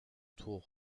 tour